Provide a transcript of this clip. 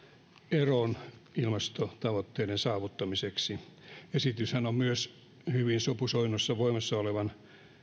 eroon ilmastotavoitteiden saavuttamiseksi esityshän on myös hyvin sopusoinnussa voimassa olevan